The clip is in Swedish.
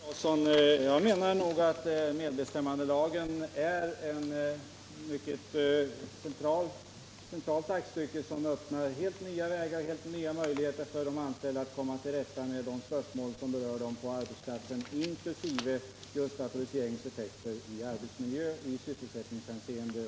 Herr talman! Jag menar, herr Claeson, att medbestämmandelagen är ett mycket centralt aktstycke som öppnar helt nya möjligheter för de anställda att komma till rätta med de spörsmål som berör dem på arbetsplatsen och det gäller inkl. olika datoriseringseffekter.